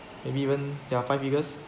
maybe even ya five figures